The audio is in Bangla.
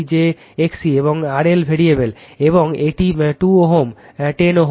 j XC এবং RL ভেরিয়েবল এবং এটি 2 Ω j 10 Ω